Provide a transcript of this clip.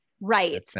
Right